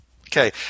Okay